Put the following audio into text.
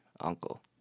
uncle